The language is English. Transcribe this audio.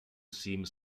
see